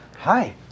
Hi